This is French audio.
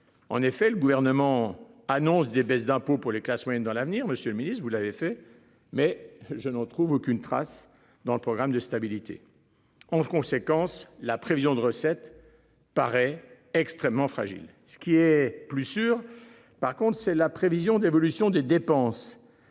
En effet, le gouvernement annonce des baisses d'impôts pour les classes moyennes dans l'avenir. Monsieur le Ministre, vous l'avez fait, mais je n'en trouve aucune trace dans le programme de stabilité en conséquence la prévision de recettes. Paraît extrêmement fragile. Ce qui est plus sûr. Par contre, c'est la prévision d'évolution des dépenses